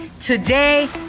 today